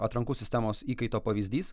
atrankų sistemos įkaito pavyzdys